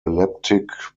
elliptic